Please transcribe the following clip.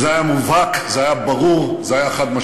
זה היה מובהק, זה היה ברור, זה היה חד-משמעי.